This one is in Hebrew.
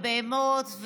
הבהמות,